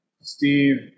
Steve